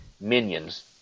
Minions